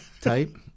type